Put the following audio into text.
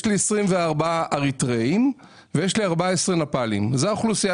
כ-24 אריתריאים וכ-14 נפאלים.